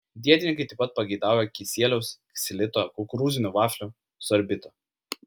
dietininkai taip pat pageidauja kisieliaus ksilito kukurūzinių vaflių sorbito